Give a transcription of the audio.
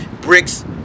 Bricks